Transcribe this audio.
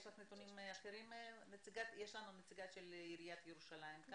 יש לך נתונים אחרים, נציגת עיריית ירושלים?